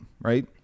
right